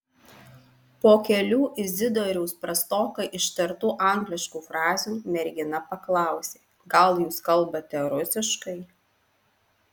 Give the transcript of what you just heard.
po kelių izidoriaus prastokai ištartų angliškų frazių mergina paklausė gal jūs kalbate rusiškai